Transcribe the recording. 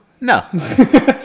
No